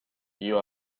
you